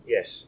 Yes